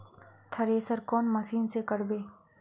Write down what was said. Thresher कौन machine से करबे?